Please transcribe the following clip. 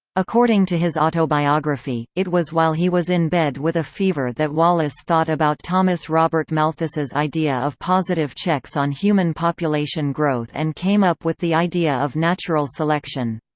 according to his autobiography, it was while he was in bed with a fever that wallace thought about thomas robert malthus's idea of positive checks on human population growth and came up with the idea of natural selection.